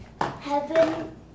Heaven